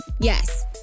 yes